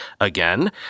Again